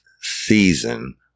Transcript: season